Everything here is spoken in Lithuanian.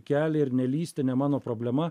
kelią ir nelįsti ne mano problema